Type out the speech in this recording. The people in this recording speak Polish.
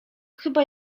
chyba